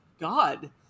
God